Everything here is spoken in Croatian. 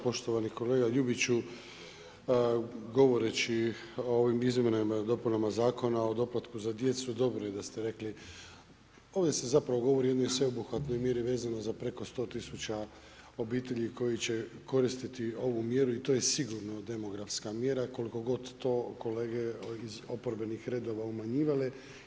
Poštovani kolega Ljubiću, govoreći o ovim izmjenama, dopunama Zakona o doplatku za djecu, dobro je da ste rekli, ovdje se zapravo govori o jednoj sveobuhvatnoj mjeri vezano za preko 100 tisuća obitelji koji će koristiti ovu mjeru i to je sigurno demografska mjera koliko god to kolege iz oporbenih redova umanjivale.